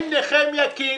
אם נחמיה קינד